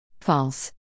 False